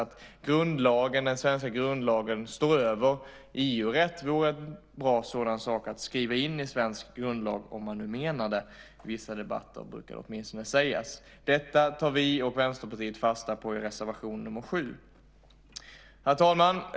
Att den svenska grundlagen står över EG-rätt vore en bra sak att skriva in i svensk grundlag, om man nu menar det. I vissa debatter brukar det åtminstone sägas. Detta tar vi och Vänsterpartiet fasta på i reservation nr 7. Herr talman!